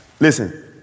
Listen